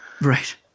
right